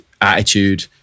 attitude